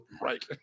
Right